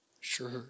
sure